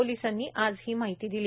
पोलिसांनी आज ही माहिती दिली